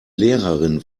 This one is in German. lehrerin